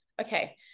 okay